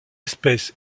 espèce